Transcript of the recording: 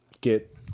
get